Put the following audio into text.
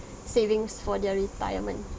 savings for their retirement